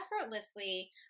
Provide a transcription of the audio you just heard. effortlessly